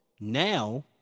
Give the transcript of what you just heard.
now